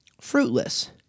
fruitless